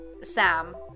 Sam